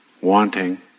wanting